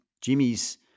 Jimmy's